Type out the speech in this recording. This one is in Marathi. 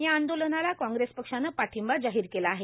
या आंदोलनाला काँग्रेस पक्षानं पाठिंबा जाहीर केला आहे